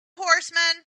horsemen